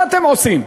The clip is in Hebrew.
מה אתם עושים?